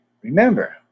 Remember